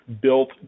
built